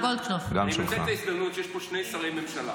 אני מנצל את ההזדמנות שיש פה שני שרי ממשלה